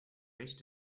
race